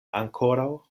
ankoraŭ